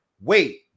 Wait